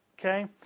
Okay